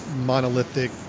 monolithic